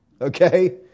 okay